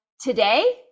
today